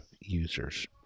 users